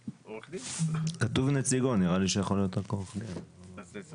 (ב)ועדת אישורים עירונית תקבע את סדרי עבודתה,